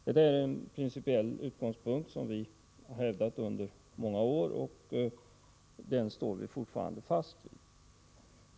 Det är en principiell utgångspunkt som vi har hävdat under många år och fortfarande står fast vid.